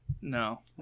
No